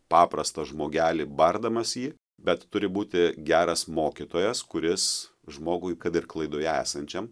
paprastą žmogelį bardamas jį bet turi būti geras mokytojas kuris žmogui kad ir klaidoje esančiam